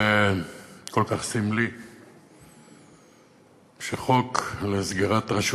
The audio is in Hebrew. זה כל כך סמלי שדיון בחוק על סגירת רשות